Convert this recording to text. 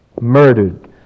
murdered